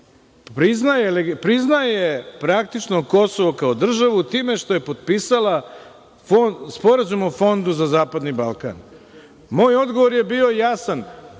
priznaje praktično Kosovo kao državu time što je potpisala Sporazum o fondu za zapadni Balkan. Moj odgovor je bio jasan